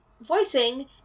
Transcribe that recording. voicing